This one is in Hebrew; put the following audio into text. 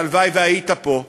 שהלוואי שהיית פה,